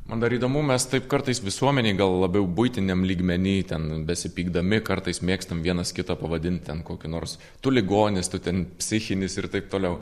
man dar įdomu mes taip kartais visuomenėj gal labiau buitiniam lygmeny ten besipykdami kartais mėgstam vienas kitą pavadint ten kokiu nors tu ligonis tu ten psichinis ir taip toliau